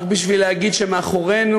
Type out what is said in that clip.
רק בשביל להגיד שמאחורינו,